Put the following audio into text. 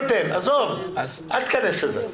עזוב, אל תיכנס לזה.